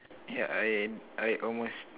yeah I I almost